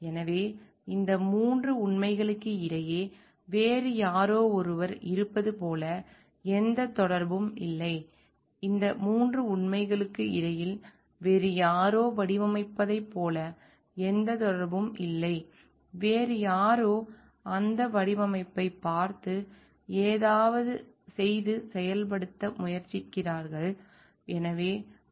எனவே இந்த 3 உண்மைகளுக்கு இடையே வேறு யாரோ ஒருவர் இருப்பது போல் எந்த தொடர்பும் இல்லை இந்த 3 உண்மைகளுக்கு இடையில் வேறு யாரோ வடிவமைத்ததைப் போல எந்த தொடர்பும் இல்லை வேறு யாரோ அந்த வடிவமைப்பைப் பார்த்து ஏதாவது செய்து செயல்படுத்த முயற்சிக்கிறார்கள்